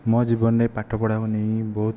ମୋ ଜୀବନରେ ପାଠ ପଢ଼ାକୁ ନେଇକି ବହୁତ